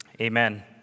amen